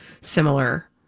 similar